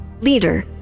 leader